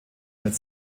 mit